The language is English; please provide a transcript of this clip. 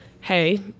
hey